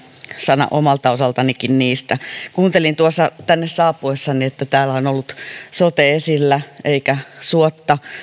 sana omaltakin osaltani niistä kuuntelin tuossa tänne saapuessani että täällä on ollut sote esillä eikä suotta